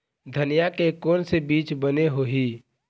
धनिया के कोन से बीज बने होही?